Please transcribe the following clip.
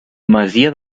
masia